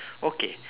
okay